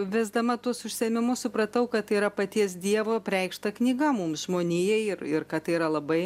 vesdama tuos užsiėmimus supratau kad tai yra paties dievo apreikšta knyga mums žmonijai ir ir kad tai yra labai